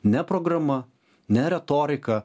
ne programa ne retorika